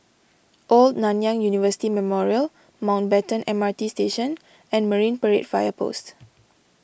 Old Nanyang University Memorial Mountbatten M R T Station and Marine Parade Fire Post